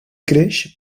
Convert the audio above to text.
creix